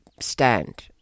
stand